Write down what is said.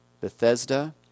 Bethesda